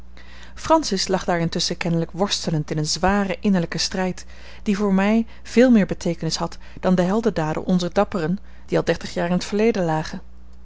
francis lag daar intusschen kennelijk worstelend in een zwaren innerlijken strijd die voor mij veel meer beteekenis had dan de heldendaden onzer dapperen die al dertig jaren in t verleden lagen